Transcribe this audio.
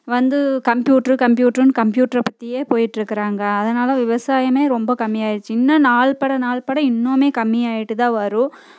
வந்து கம்ப்யூட்ரு கம்ப்யூட்ருனு கம்ப்யூட்டர் பத்தியே போயிட்டு இருக்கிறாங்க அதனால விவசாயம் ரொம்ப கம்மியாயிடுச்சு இன்னும் நாள்பட நாள்பட இன்னும் கம்மியாயிட்டு தான் வரும்